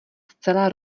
zcela